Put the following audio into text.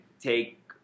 take